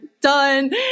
done